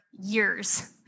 years